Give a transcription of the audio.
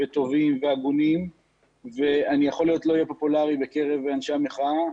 טובים והגונים ויכול להיות שאני לא אהיה פופולרי בקרב אנשי המחאה,